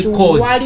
cause